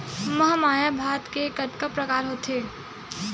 महमाया भात के कतका प्रकार होथे?